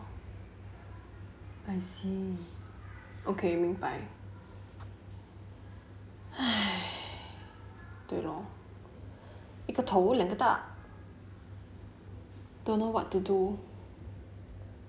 I see okay 明白 对 lor 一个头两个大 don't know what to do